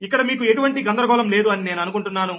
ఇక్కడ మీకు ఎటువంటి గందరగోళం లేదు అని నేను అనుకుంటున్నాను